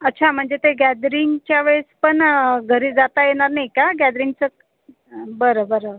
अच्छा म्हणजे ते गॅदरिंगच्या वेळेस पण घरी जाता येणार नाही का गॅदरिंगचं बरं बरं